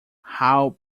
how